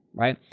right.